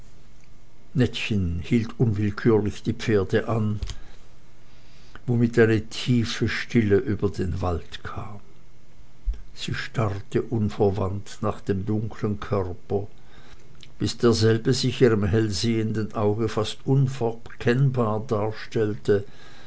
nettchen hielt unwillkürlich die pferde an womit eine tiefe stille über den wald kam sie starrte unverwandt nach dem dunklen körper bis derselbe sich ihrem hellsehenden auge fast unverkennbar darstellte